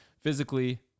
physically